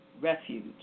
refuge